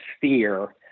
fear